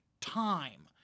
time